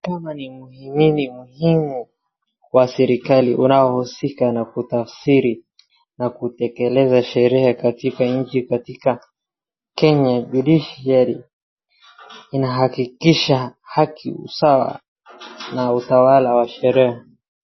Mahakama ni mhimini muhimu wa serikali unaohusika na kutafsiri na kutekeleza sheria katika nchi katika Kenya judiciary . Inahakikisha haki, usawa na utawala wa sheria.